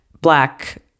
black